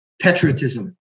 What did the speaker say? patriotism